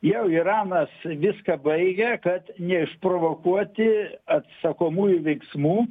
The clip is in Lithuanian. jau iranas viską baigia kad neišprovokuoti atsakomųjų veiksmų